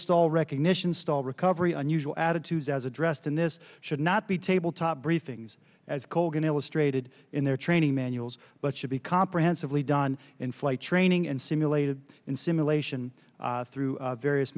stall recognition stall recovery unusual attitudes as addressed in this should not be tabletop briefings as colgan illustrated in their training manuals but should be comprehensively done in flight training and simulated in simulation through various